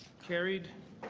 carried.